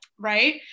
right